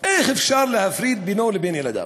איך אפשר להפריד בינו ובין ילדיו?